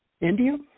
India